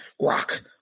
rock